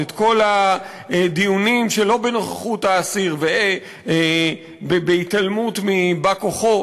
כל הדיונים שלא בנוכחות האסיר ובהתעלמות מבא-כוחו,